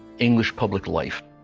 english public life.